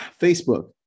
Facebook